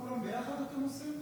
כולם ביחד אתם עושים?